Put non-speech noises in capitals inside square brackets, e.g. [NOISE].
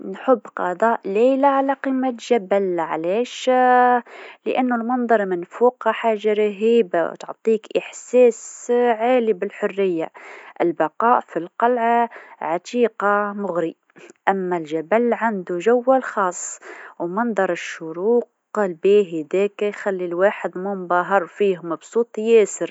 نحب قضاء ليله على قمة جبل علاش؟ [HESITATION] لأنو المنظر من فوق حاجه رهيبه وتعطيك احساس عالي بالحريه البقاء في القلعه عتيقه مغري أما الجبل عندو جوه الخاص ومنظر الشروق الباهي هذاكا يخلي الواحد منبهر فيه فرحان ياسر.